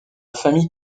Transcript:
famille